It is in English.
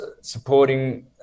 supporting